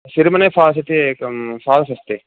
शिरिमने falls इति एकं falls अस्ति